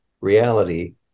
reality